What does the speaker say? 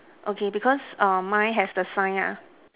okay because err mine has the sign ah